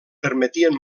permetien